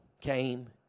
came